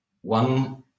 one